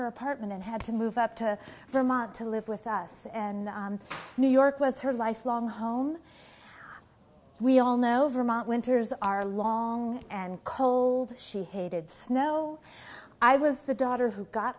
her apartment and had to move up to vermont to live with us and new york was her lifelong home we all know vermont winters are long and cold she hated snow i was the daughter who got